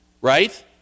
right